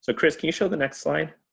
so crys can you show the next slide?